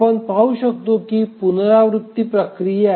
आपण पाहु शकतो की ही पुनरावृत्ती प्रक्रिया आहे